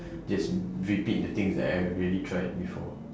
just repeat the things that I have already tried before